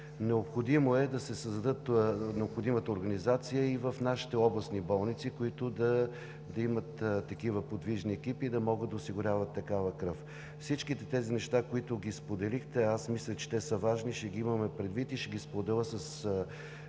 Наложително е да се създаде необходимата организация и в нашите областни болници, които да имат такива подвижни екипи и да могат да осигуряват такава кръв. Всички тези неща, които споделихте, аз мисля, че те са важни – ще ги имаме предвид и ще ги споделя с